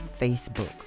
Facebook